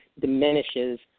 diminishes